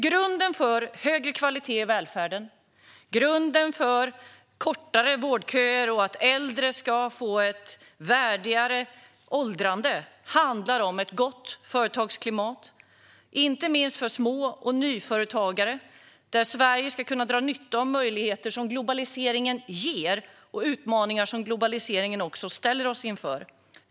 Grunden för högre kvalitet i välfärden, kortare vårdköer och att äldre ska få ett värdigare åldrande handlar om ett gott företagsklimat inte minst för småföretagare och nyföretagare. Där ska Sverige kunna dra nytta av möjligheter som globaliseringen ger och möta utmaningar som globaliseringen ställer oss inför.